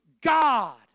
God